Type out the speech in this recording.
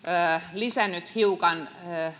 lisännyt hiukan